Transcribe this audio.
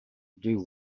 doo